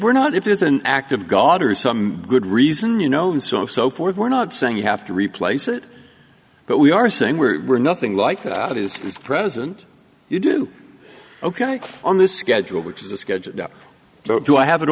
we're not if there's an act of god or some good reason you known so and so forth we're not saying you have to replace it but we are saying we are nothing like that is present you do ok on this schedule which is the schedule so do i have it